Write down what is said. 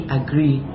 agree